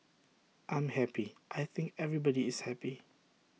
I'm happy I think everybody is happy